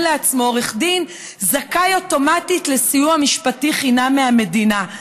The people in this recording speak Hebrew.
לעצמו עורך דין זכאי אוטומטית לסיוע משפטי חינם מהמדינה.